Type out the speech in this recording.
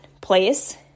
place